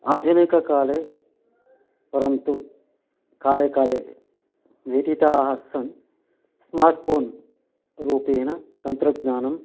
आधुनिककाले परन्तु काले काले व्यतिताः सन् स्मार्ट् पोन् रूपेण तन्त्रज्ञानं